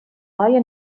های